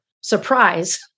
surprise